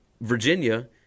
Virginia